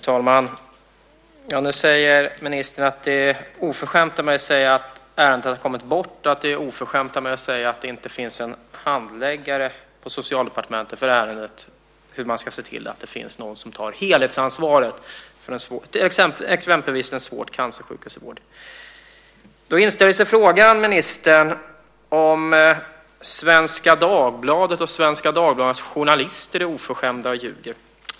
Fru talman! Nu säger ministern att det är oförskämt av mig att säga att ärendet hade kommit bort och att det är oförskämt av mig att säga att det inte finns en handläggare på Socialdepartementet för ärendet hur man ska se till att det finns någon som har helhetsansvaret för exempelvis den svårt cancersjukes vård. Då inställer sig frågan, ministern, om Svenska Dagbladet och Svenska Dagbladets journalister är oförskämda och ljuger.